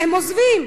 הם עוזבים.